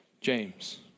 James